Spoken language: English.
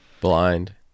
Blind